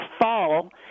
fall